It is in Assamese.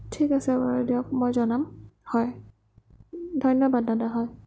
ঠিক আছে বাৰু দিয়ক মই জনাম হয় ধন্যবাদ দাদা হয়